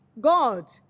God